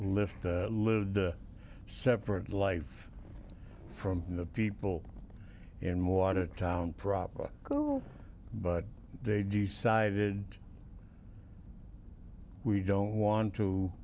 lift live separate life from the people in watertown proper but they decided we don't want to